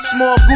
Small